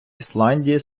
ісландії